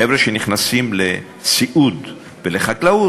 חבר'ה שנכנסים לסיעוד ולחקלאות,